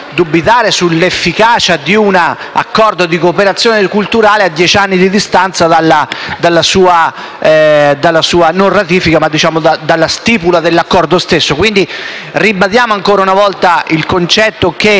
stipula. Ribadiamo ancora una volta il concetto che sicuramente è necessario